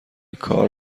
کار